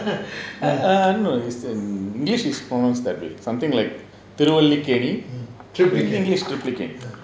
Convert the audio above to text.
err err no is english is pronounced that way something like thiruvallikeni english triplicane